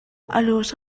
алеша